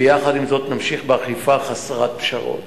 ויחד עם זאת נמשיך באכיפה חסרת פשרות.